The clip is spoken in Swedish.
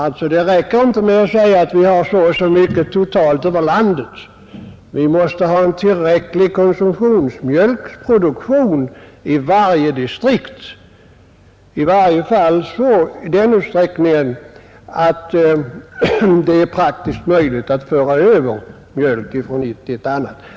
Det räcker alltså inte med att säga att vi producerar så eller så mycket mjölk totalt över hela landet, utan vi måste ha en tillräcklig konsumtionsmjölkproduktion i varje distrikt. I varje fall måste produktionen vara av den omfattningen att det är praktiskt möjligt att föra över mjölk från ett distrikt till ett annat.